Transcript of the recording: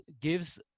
gives